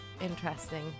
interesting